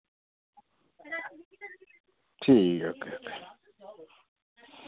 ठीक ऐ okay okay